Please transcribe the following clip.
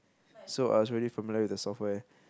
so I was already familiar with the software